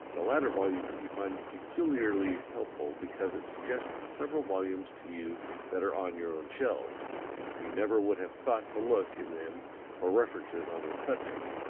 the latter volume you find peculiarly helpful because it suggests several volumes to you that are on your own shelves you never would have thought to look in them for references on this subject.